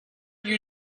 you